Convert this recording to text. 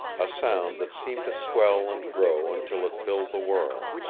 a sound that seemed to swell and grow until it filled the world.